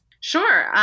Sure